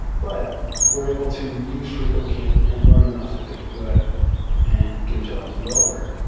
but were able to use freecodecamp and learn enough that they could go out and get a job as a developer.